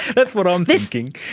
but what i'm thinking!